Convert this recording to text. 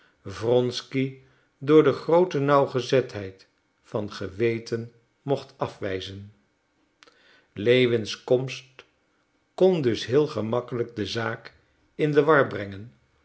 wronsky door de groote nauwgezetheid van geweten mocht afwijzen lewins komst kon dus heel gemakkelijk de zaak in de war brengen